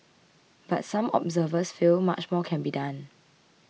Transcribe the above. but some observers feel much more can be done